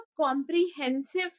comprehensive